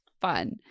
fun